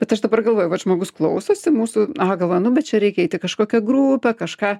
bet aš dabar galvoju vat žmogus klausosi mūsų a galvoja bet čia reikia eit į kažkokią grupę kažką